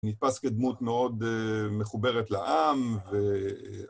נתפס כדמות מאוד מחוברת לעם,